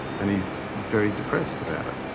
and he's very depressed about it.